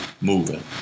moving